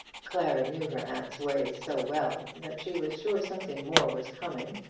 clara knew her aunt's ways so well, that she was sure something more was coming,